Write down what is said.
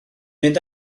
mynd